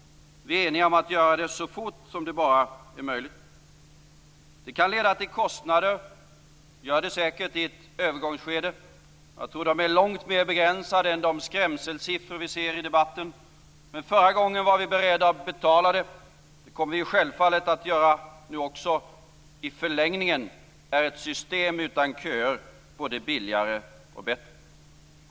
Vi är eniga om att göra det så fort som det bara är möjligt. Det kan leda till kostnader, och gör det säkert i ett övergångsskede. Men jag tror att de är långt mer begränsade än de skrämselsiffror vi ser i debatten. Förra gången var vi beredda att betala det. Det kommer vi självfallet att göra nu också. I förlängningen är ett system utan köer både billigare och bättre.